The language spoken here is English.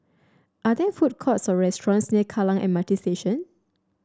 are there food courts or restaurants near Kallang M R T Station